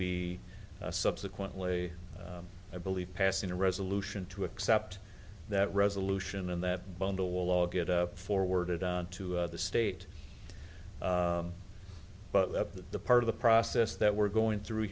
be subsequently i believe passing a resolution to accept that resolution and that bundle will all get a forwarded on to the state but let the part of the process that we're going through